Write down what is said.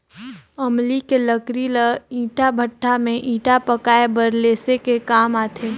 अमली के लकरी ल ईटा भट्ठा में ईटा पकाये बर लेसे के काम आथे